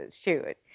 shoot